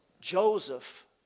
Joseph